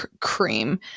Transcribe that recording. cream